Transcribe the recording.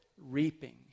reaping